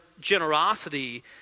generosity